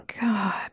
God